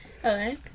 okay